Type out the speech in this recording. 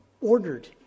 ordered